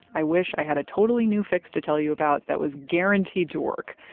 i wish i had a totally new fix to tell you about that was guaranteed to work.